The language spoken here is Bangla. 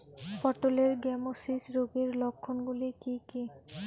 পটলের গ্যামোসিস রোগের লক্ষণগুলি কী কী?